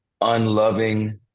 unloving